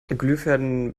glühfäden